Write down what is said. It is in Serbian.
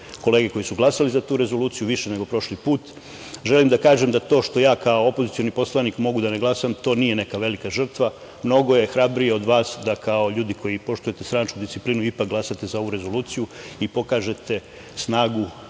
kolega za tu rezoluciju, više nego prošli put. Želim da kažem da to što kao opozicioni poslanik mogu da ne glasam nije neka velika žrtva, već je mnogo hrabrije od vas da kao ljudi koji poštujete stranačku disciplinu ipak glasate za ovu rezoluciju i pokažete snagu